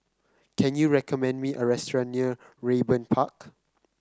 can you recommend me a restaurant near Raeburn Park